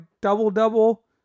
double-double